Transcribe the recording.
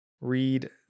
read